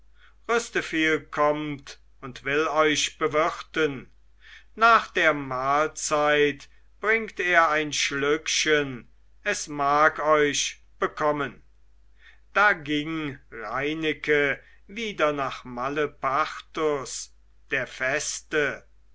rüsteviel kommt und will euch bewirten nach der mahlzeit bringt er ein schlückchen es mag euch bekommen da ging reineke wieder nach malepartus der feste